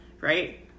right